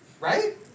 Right